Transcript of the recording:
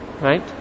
Right